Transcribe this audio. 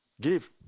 Give